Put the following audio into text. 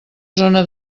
zona